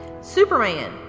Superman